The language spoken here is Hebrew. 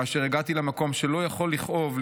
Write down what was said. כאשר הגעתי למקום שלא יכול לכאוב,